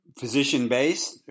physician-based